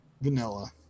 Vanilla